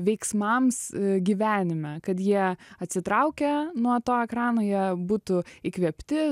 veiksmams gyvenime kad jie atsitraukę nuo to ekrano jie būtų įkvėpti